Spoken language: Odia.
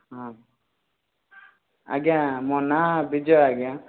ହଁ ଆଜ୍ଞା ମୋ ନାଁ ବିଜୟ ଆଜ୍ଞା